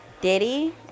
Diddy